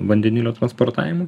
vandenilio transportavimui